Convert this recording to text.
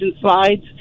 slides